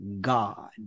God